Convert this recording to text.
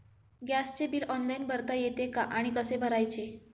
गॅसचे bill online भरता येते का आणि कसे भरायचे?